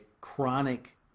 chronic